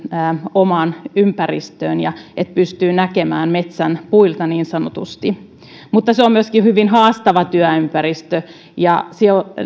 omaan ympäristöön ja että pystytään näkemään niin sanotusti metsän puilta mutta se on myöskin hyvin haastava työympäristö ja